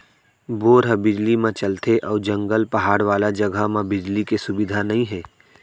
bore ह बिजली म चलथे अउ जंगल, पहाड़ वाला जघा म बिजली के सुबिधा नइ हे